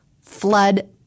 flood